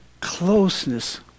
closeness